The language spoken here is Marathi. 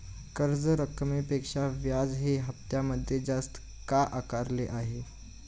कर्ज रकमेपेक्षा व्याज हे हप्त्यामध्ये जास्त का आकारले आहे?